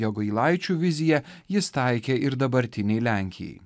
jogailaičių viziją jis taikė ir dabartinei lenkijai